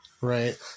Right